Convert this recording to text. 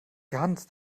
ganz